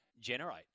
generate